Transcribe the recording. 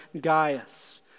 Gaius